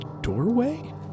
doorway